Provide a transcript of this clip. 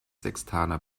sextaner